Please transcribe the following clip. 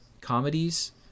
comedies